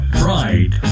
pride